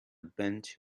bench